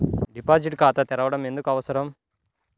Deposit ఖాతా తెరవడం ఎందుకు అవసరం?